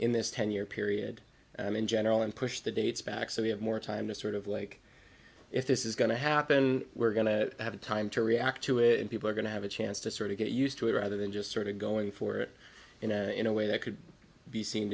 in this ten year period and in general and push the dates back so we have more time to sort of like if this is going to happen we're going to have time to react to it and people are going to have a chance to sort of get used to it rather than just sort of going for it in a way that could be see